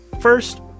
First